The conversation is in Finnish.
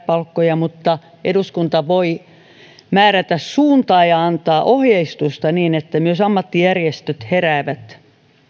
palkkoja mutta eduskunta voi määrätä suuntaa ja antaa ohjeistusta niin että myös ammattijärjestöt heräävät